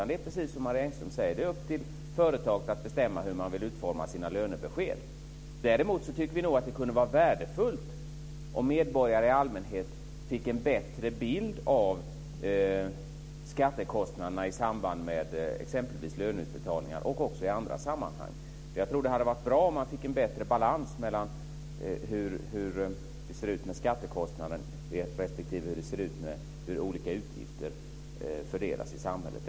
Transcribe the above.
Det är precis som Marie Engström säger, nämligen att det är upp till företaget att bestämma hur man vill utforma sina lönebesked. Däremot tycker vi nog att det kunde vara värdefullt om medborgare i allmänhet fick en bättre bild av skattekostnaderna i samband med löneutbetalningar, och även i andra sammanhang. Jag tror att det skulle vara bra om man fick en bättre balans mellan hur det ser ut med skattekostnaderna respektive hur olika utgifter fördelas i samhället.